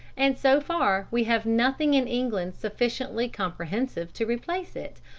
and so far we have nothing in england sufficiently comprehensive to replace it,